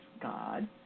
God